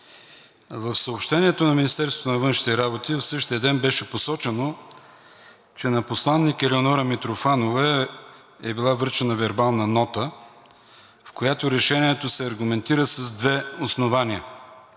В съобщението на Министерството на външните работи в същия ден беше посочено, че на посланик Елеонора Митрофанова е била връчена вербална нота, в която решението се аргументира с две основания.